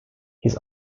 he’s